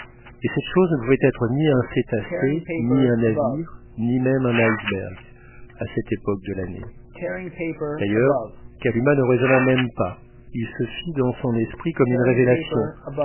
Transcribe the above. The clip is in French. et cette chose ne pouvait être ni un cétacé ni un navire ni même un iceberg à cette époque de l'année d'ailleurs kalumah ne raisonna même pas il se fit dans son esprit comme une révélation